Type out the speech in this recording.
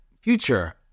future